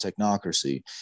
technocracy